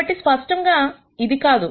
కాబట్టి స్పష్టముగా ఇది కాదు